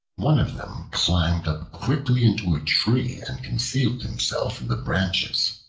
one of them climbed up quickly into a tree and concealed himself in the branches.